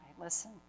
Listen